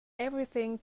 everything